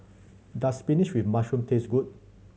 does spinach with mushroom taste good